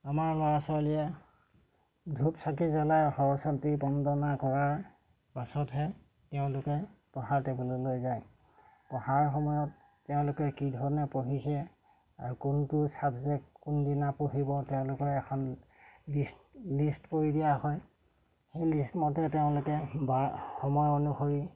আমাৰ ল'ৰা ছোৱালীয়ে ধূপ চাকি জ্বলাই সৰস্বতী বন্দনা কৰাৰ পাছতহে তেওঁলোকে পঢ়াৰ টেবুললৈ যায় পঢ়াৰ সময়ত তেওঁলোকে কি ধৰণে পঢ়িছে আৰু কোনটো ছাবজেক্ট কোনদিনা পঢ়িব তেওঁলোকে এখন লিষ্ট লিষ্ট কৰি দিয়া হয় সেই লিষ্ট মতে তেওঁলোকে বা সময় অনুসৰি